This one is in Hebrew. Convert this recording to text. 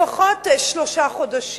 לפחות שלושה חודשים.